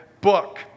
book